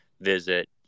visit